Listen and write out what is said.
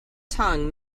tongue